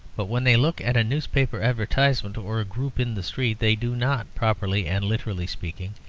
but when they look at a newspaper advertisement or a group in the street, they do not, properly and literally speaking,